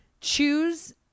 choose